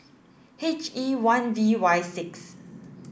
H E one V Y six